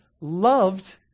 loved